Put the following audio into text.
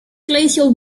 glacial